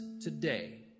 today